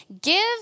Give